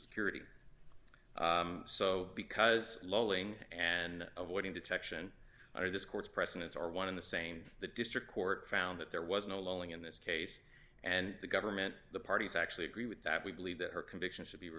security so because lowing and avoiding detection or this court's precedents are one in the same the district court found that there was no lowing in this case and the government the parties actually agree with that we believe that her conviction should be